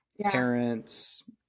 parents